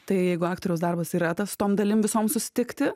tai jeigu aktoriaus darbas yra tas tom dalim visom susitikti